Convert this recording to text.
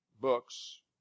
books